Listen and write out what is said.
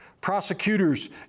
Prosecutors